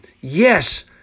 Yes